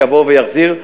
שיבוא ויחזיר,